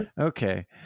Okay